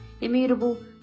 immutable